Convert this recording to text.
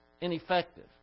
ineffective